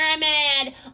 pyramid